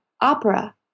opera